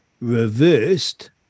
reversed